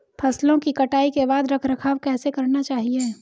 फसलों की कटाई के बाद रख रखाव कैसे करना चाहिये?